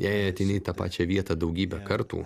jei ateini į tą pačią vietą daugybę kartų